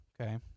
okay